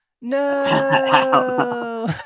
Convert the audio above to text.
No